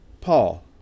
Paul